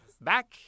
Back